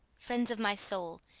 friends of my soul,